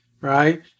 Right